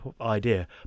idea